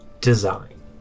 design